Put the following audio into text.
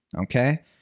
okay